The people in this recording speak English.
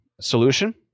solution